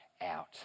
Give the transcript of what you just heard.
out